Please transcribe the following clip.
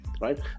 right